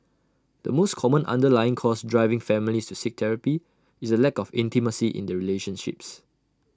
the most common underlying cause driving families to seek therapy is the lack of intimacy in their relationships